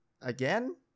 again